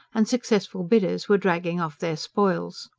and successful bidders were dragging off their spoils.